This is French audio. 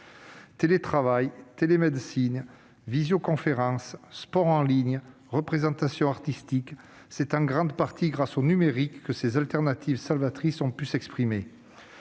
Télétravail, télémédecine, visioconférence, sport en ligne, représentations artistiques : c'est en grande partie grâce au numérique que ces solutions de remplacement salvatrices ont pu s'exprimer.